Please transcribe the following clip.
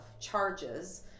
charges